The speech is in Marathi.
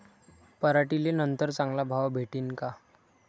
पराटीले नंतर चांगला भाव भेटीन का?